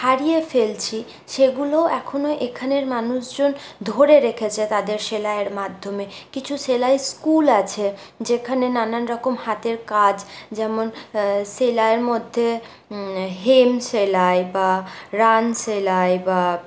হারিয়ে ফেলছি সেগুলোও এখনো এখানের মানুষজন ধরে রেখেছে তাদের সেলাইয়ের মাধ্যমে কিছু সেলাই স্কুল আছে যেখানে নানা রকম হাতের কাজ যেমন সেলাইয়ের মধ্যে হেম সেলাই বা রান সেলাই বা